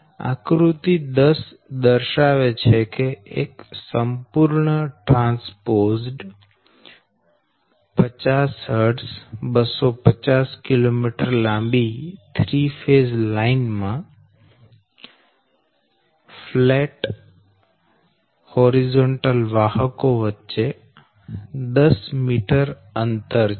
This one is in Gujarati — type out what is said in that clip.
આકૃતિ 10 દર્શાવે છે કે એક સંપૂર્ણ ટ્રાન્સપોઝડ 50 Hz 250 km લાંબી 3 ફેઝ લાઈન માં ફ્લેટ આડા વાહકો વચ્ચે 10 મીટર અંતર છે